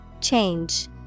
Change